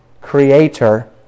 Creator